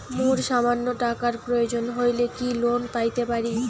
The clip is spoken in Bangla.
মোর সামান্য টাকার প্রয়োজন হইলে কি লোন পাইতে পারি?